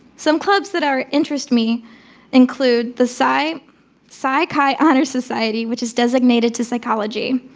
some clubs that are interest me include the psi psi chi honor society, which is designated to psychology.